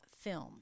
film